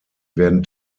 werden